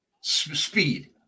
Speed